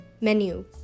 Menu